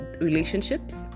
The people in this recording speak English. relationships